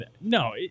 No